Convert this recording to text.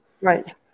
right